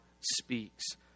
speaks